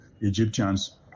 Egyptians